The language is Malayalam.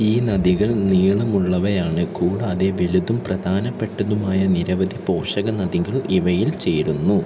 ഈ നദികൾ നീളമുള്ളവയാണ് കൂടാതെ വലുതും പ്രധാനപ്പെട്ടതുമായ നിരവധി പോഷക നദികൾ ഇവയിൽ ചേരുന്നു